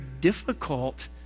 difficult